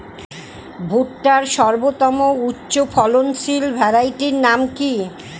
ভুট্টার সর্বোত্তম উচ্চফলনশীল ভ্যারাইটির নাম কি?